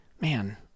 man